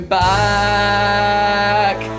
back